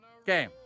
Okay